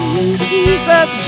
Jesus